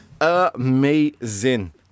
Amazing